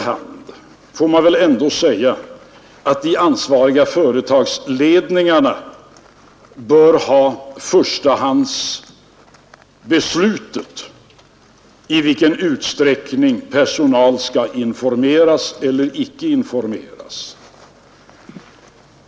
I ett sådant läge får man väl ändå säga att de ansvariga företagsledningarna bör ha rätt till förstahandsbeslutet om i vilken utsträckning personal skall informeras eller icke informeras.